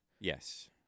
Yes